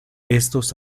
estos